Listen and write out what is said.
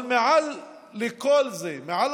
אבל מעל לכל זה, מעל